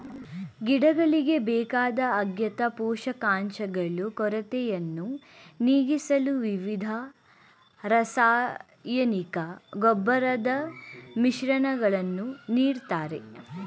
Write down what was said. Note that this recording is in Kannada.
ಗಿಡಗಳಿಗೆ ಬೇಕಾದ ಅಗತ್ಯ ಪೋಷಕಾಂಶಗಳು ಕೊರತೆಯನ್ನು ನೀಗಿಸಲು ವಿವಿಧ ರಾಸಾಯನಿಕ ಗೊಬ್ಬರದ ಮಿಶ್ರಣಗಳನ್ನು ನೀಡ್ತಾರೆ